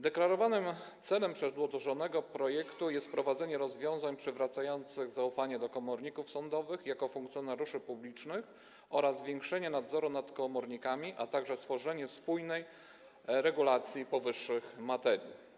Deklarowanym celem przedłożonego projektu jest wprowadzenie rozwiązań przywracających zaufanie do komorników sądowych jako funkcjonariuszy publicznych oraz zwiększenie nadzoru nad komornikami, a także stworzenie spójnej regulacji w powyższej materii.